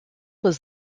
was